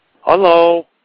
Hello